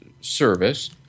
service